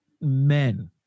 men